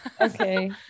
okay